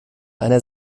einer